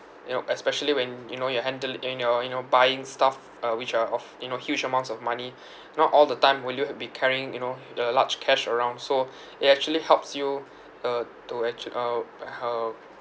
you know especially when you know your handle in your you know buying stuff uh which are of you know huge amounts of money not all the time will you be carrying you know the large cash around so it actually helps you uh to actua~ uh hmm